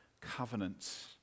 covenant